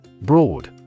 Broad